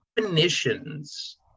definitions